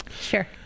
sure